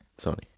Sony